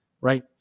right